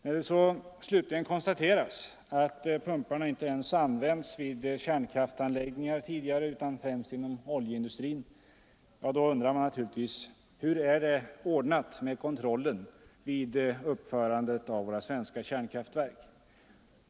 I rapporten konstateras att pumparna inte ens använts vid kärnkraftanläggningar tidigare utan främst inom oljeindustrin. När man får veta det undrar man naturligvis: Hur är det ordnat med kontrollen vid uppförandet av våra svenska kärnkraftverk?